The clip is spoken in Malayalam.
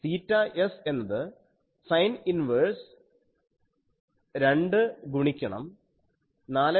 θS എന്നത് സൈൻ ഇൻവേർസ് 2 ഗുണിക്കണം 4